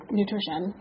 nutrition